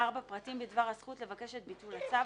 (4)פרטים בדבר הזכות לבקש את ביטול הצו,